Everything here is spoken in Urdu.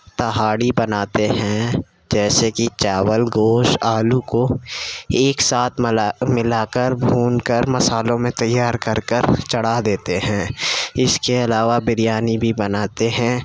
تہاڑی بناتے ہیں جیسے کہ چاول گوشت آلو کو ایک ساتھ ملا ملا کر بھون کر مسالوں میں تیار کر کر چڑھا دیتے ہیں اِس کے علاوہ بریانی بھی بناتے ہیں